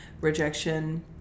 rejection